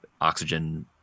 oxygen